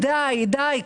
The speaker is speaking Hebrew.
די, די, די.